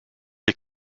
est